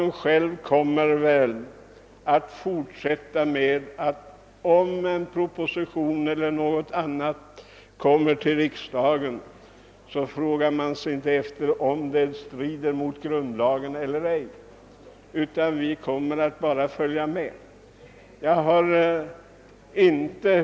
När en proposition eller något annat framläggs kommer väl inte riksdagen att fråga om det strider mot grundlagen eller ej, utan följer väl bara med.